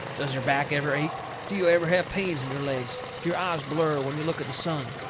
does your back ever ache? do you ever have pains in your legs? do your eyes blur when you look at the sun?